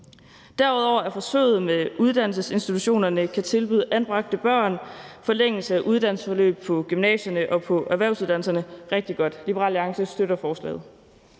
Derudover er forsøget med, at uddannelsesinstitutionerne kan tilbyde anbragte børn forlængelse af uddannelsesforløb på gymnasierne og på erhvervsuddannelserne, rigtig godt. Liberal Alliance støtter forslagene.